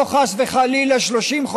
רק 24 חודשים, לא חס וחלילה 30 חודשים